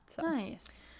Nice